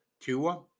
Tua